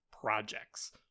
Projects